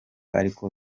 ariko